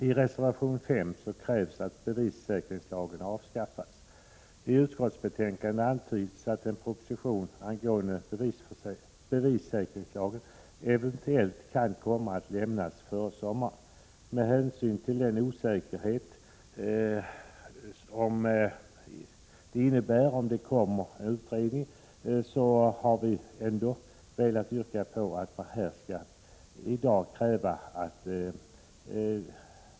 I reservation 5 krävs att bevissäkringslagen avskaffas. I utskottsbetänkandet antyds att en proposition angående bevissäkringslagen eventuellt kan komma att lämnas före sommaren. Med hänsyn till osäkerheten om huruvida det kommer en utredning har vi ändå velat föreslå att denna lag upphävs.